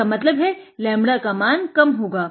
इसका मतलब है लैम्ब्डा कम होगा